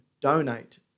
donate